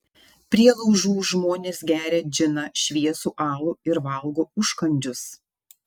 prie laužų žmonės geria džiną šviesų alų ir valgo užkandžius